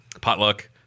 Potluck